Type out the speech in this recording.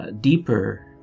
deeper